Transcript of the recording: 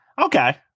Okay